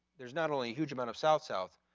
there's not only huge amount of south, south,